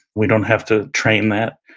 we don't have to train that.